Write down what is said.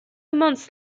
months